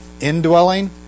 Indwelling